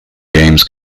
games